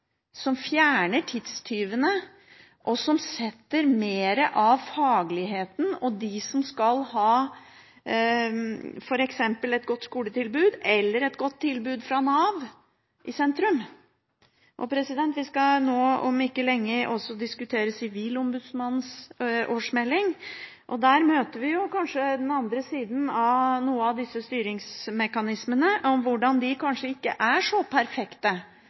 som fjerner tidstyvene, og som setter mer av fagligheten og de som skal ha f.eks. et godt skoletilbud eller et godt tilbud fra Nav, i sentrum. Vi skal nå om ikke lenge også diskutere Sivilombudsmannens årsmelding. Der møter vi den andre siden av noen av disse styringsmekanismene og hvordan de kanskje ikke er så perfekte